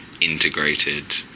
integrated